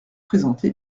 présenté